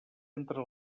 entre